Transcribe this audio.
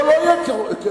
פה לא יהיה כל נישואים,